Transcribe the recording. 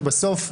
ובסוף,